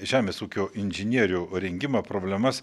žemės ūkio inžinierių rengimo problemas